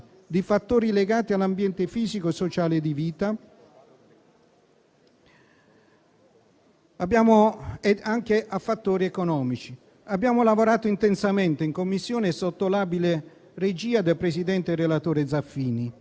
di fattori legati all'ambiente fisico e sociale di vita e anche a fattori economici. Abbiamo lavorato intensamente in Commissione, sotto l'abile regia del presidente e relatore Zaffini,